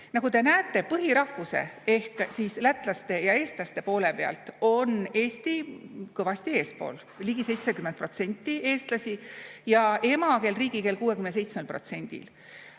Nagu te näete, põhirahvuse ehk siis lätlaste ja eestlaste poole pealt on Eesti kõvasti eespool: ligi 70% eestlasi ja emakeel riigikeel 67%‑l,